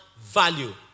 value